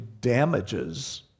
damages